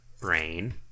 brain